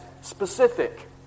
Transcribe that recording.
specific